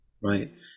right